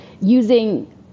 using